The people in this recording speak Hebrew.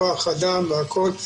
כוח אדם וכולי.